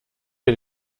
der